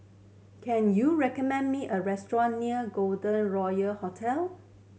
can you recommend me a restaurant near Golden Royal Hotel